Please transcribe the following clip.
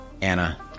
Anna